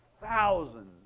thousands